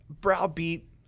browbeat